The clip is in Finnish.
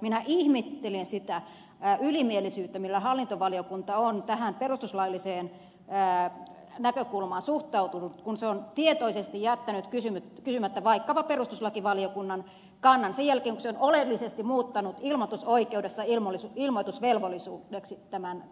minä ihmettelen sitä ylimielisyyttä millä hallintovaliokunta on tähän perustuslailliseen näkökulmaan suhtautunut kun se on tietoisesti jättänyt kysymättä vaikkapa perustuslakivaliokunnan kannan sen jälkeen kun se on oleellisesti muuttanut ilmoitusoikeudesta ilmoitusvelvollisuudeksi tämän